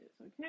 okay